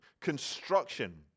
construction